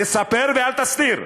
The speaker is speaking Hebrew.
תספר ואל תסתיר.